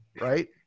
right